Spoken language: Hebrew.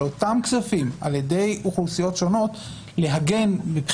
לאותם כספים על-ידי אוכלוסיות שונות מבחינת